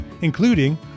including